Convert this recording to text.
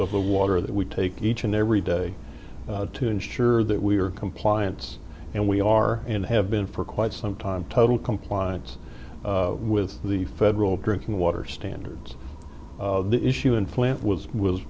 of the water that we take each and every day to ensure that we are compliance and we are and have been for quite some time total compliance with the federal drinking water standards the issue in flint was